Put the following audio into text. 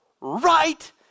right